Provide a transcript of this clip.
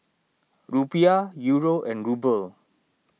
Rupiah Euro and Ruble